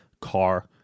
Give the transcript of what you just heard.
car